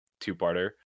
two-parter